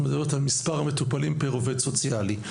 את מדברת על מספר המטופלים פר עובד סוציאלי.